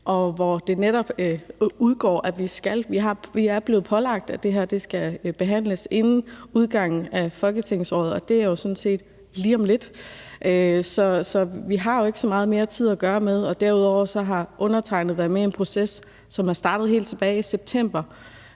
hvor det netop fremgår, at vi er blevet pålagt, at det her skal behandles inden udgangen af folketingsåret, og det er jo sådan set lige om lidt. Så vi har jo ikke så meget mere tid at gøre med. Derudover har undertegnede været med i en proces, som er startet helt tilbage i september,